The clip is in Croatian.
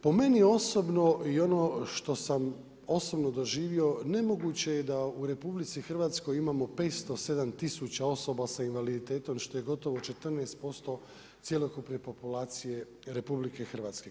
Po meni osobno i ono što sam osobno doživio, nemoguće je da u RH, imamo 507 tisuća osoba s invaliditetom, što je gotovo 14% cjelokupne populacije RH.